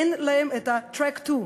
אין להם track II,